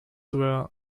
were